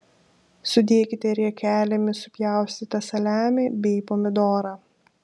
sudėkite riekelėmis supjaustytą saliamį bei pomidorą